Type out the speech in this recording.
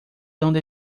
donde